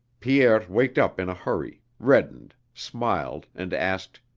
pierre waked up in a hurry, reddened, smiled and asked